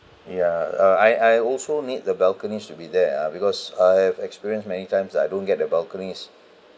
yeah uh I I also need the balconies to be there ah because I've experienced many times I don't get the balconies